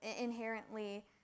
inherently